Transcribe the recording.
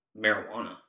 marijuana